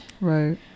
Right